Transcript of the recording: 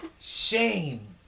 shame